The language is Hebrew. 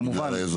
כמובן,